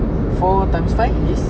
four times five is